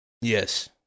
Yes